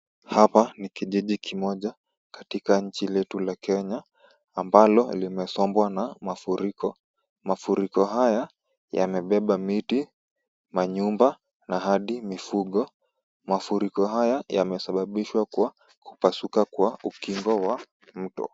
Hapa ni kijiji kimoja, katika inchi letu la Kenya, ambalo limesombwa na mafuriko, mafuriko haya yamebeba miti manyumba, na hadi mifugo. Mafuriko haya yamesababishwa kwa kupasuka kwa ukingo wa mto.